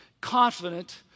confident